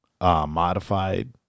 modified